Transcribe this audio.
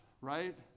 right